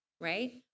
right